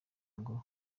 ngo